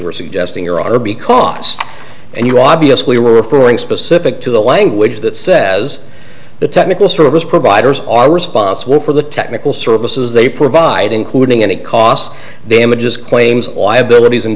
here rb cost and you obviously were referring specific to the language that says the technical service providers are responsible for the technical services they provide including any cost damages claims or abilities and